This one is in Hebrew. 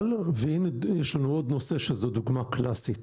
והנה יש לנו עוד נושא שזה דוגמה קלאסית,